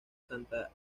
santa